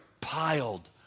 piled